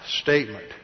statement